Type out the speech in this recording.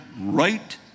right